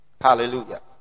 Hallelujah